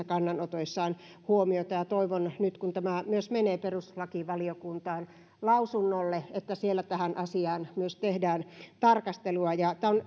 kannanotoissaan huomiota ja toivon nyt kun tämä myös menee perustuslakivaliokuntaan lausunnolle että siellä myös tähän asiaan tehdään tarkastelua